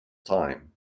time